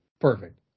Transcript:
Perfect